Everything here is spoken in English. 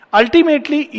ultimately